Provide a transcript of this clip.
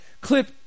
clip